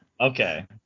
Okay